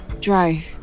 drive